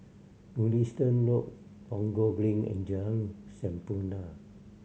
Mugliston Road Punggol Green and Jalan Sampurna